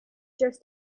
just